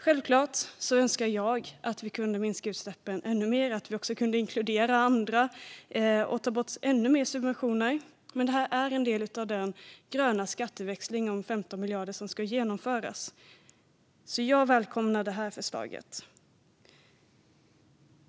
Självklart önskar jag att vi kunde minska utsläppen ännu mer, att vi kan inkludera andra och ta bort ännu mer subventioner. Men det här är en del av den gröna skatteväxling om 15 miljarder som ska genomföras. Jag välkomnar förslaget.